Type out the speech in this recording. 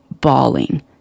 bawling